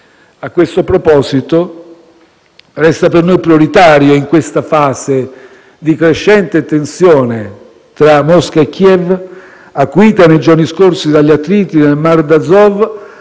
A questo proposito, resta per noi prioritario, in questa fase di crescente tensione tra Mosca e Kiev, acuita nei giorni scorsi dagli attriti del Mar d'Azov,